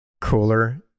cooler